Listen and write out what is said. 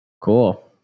Cool